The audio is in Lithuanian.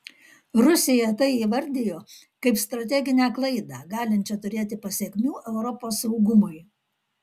rusija tai įvardijo kaip strateginę klaidą galinčią turėti pasekmių europos saugumui